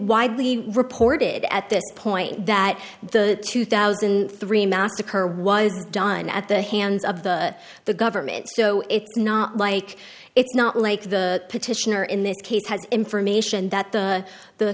widely reported at this point that the two thousand and three massacre was done at the hands of the the government so it's not like it's not like the petitioner in this case has information that the the